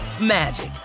magic